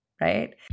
right